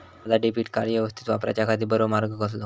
माजा debit card यवस्तीत वापराच्याखाती बरो मार्ग कसलो?